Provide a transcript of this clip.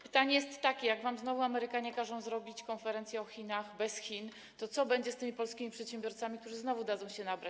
Pytanie jest takie: Jak wam znowu Amerykanie każą zrobić konferencję o Chinach bez Chin, to co będzie z tymi polskimi przedsiębiorcami, którzy znowu dadzą się nabrać?